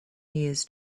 years